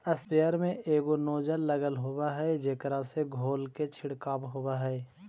sprayer में एगो nozzle लगल होवऽ हई जेकरा से धोल के छिडकाव होवऽ हई